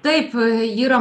taip yra